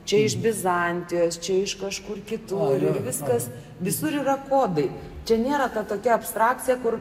čia iš bizantijos čia iš kažkur kitur viskas visur yra kodai čia nėra ta tokia abstrakcija kur